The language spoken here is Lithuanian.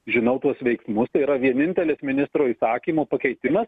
žinau tuos veiksmus tai yra vienintelis ministro įsakymo pakeitimas